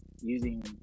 using